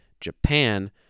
Japan